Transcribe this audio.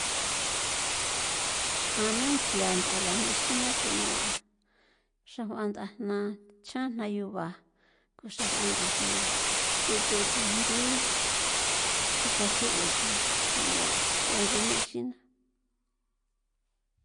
A na ntsia nt'ala nexina thunua xrajuan ndajna chjan jnayuba ko xrajuan ndajna ndithu thujndi tjika xu'u xu thunua ya nchi nexin.